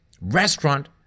restaurant